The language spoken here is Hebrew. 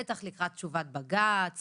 בטח לקראת תשובת בג"ץ